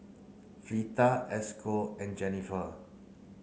Fleeta Esco and Jenifer